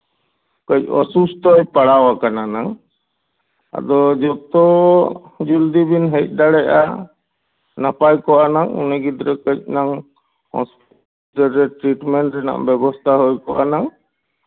ᱠᱟᱹᱡ ᱚᱥᱩᱥᱛᱷᱚᱭ ᱯᱟᱲᱟᱣ ᱠᱟᱱᱟ ᱱᱟᱝ ᱟᱫᱚ ᱡᱚᱛᱚ ᱡᱚᱞᱫᱤ ᱵᱮᱱ ᱦᱮᱡ ᱫᱟᱲᱮᱭᱟᱜᱼᱟ ᱱᱟᱯᱟᱭ ᱠᱚᱜᱼᱟ ᱱᱟᱝ ᱩᱱᱤ ᱜᱤᱫᱽᱨᱟᱹ ᱠᱟᱹᱡ ᱱᱟᱝ ᱦᱚᱥᱯᱤᱴᱟᱞ ᱨᱮ ᱴᱨᱤᱴᱢᱮᱱ ᱨᱮᱱᱟᱜ ᱵᱮᱵᱚᱥᱛᱟ ᱦᱩᱭ ᱠᱚᱜᱼᱟ ᱱᱟᱝ